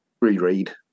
reread